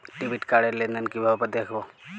Debit card র লেনদেন কিভাবে দেখবো?